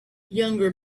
younger